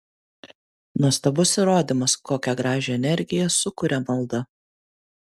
nuostabus įrodymas kokią gražią energiją sukuria malda